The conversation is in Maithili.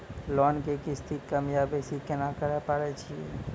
लोन के किस्ती कम या बेसी केना करबै पारे छियै?